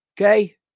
Okay